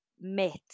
myths